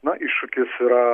na iššūkis yra